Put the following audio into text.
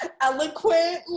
eloquent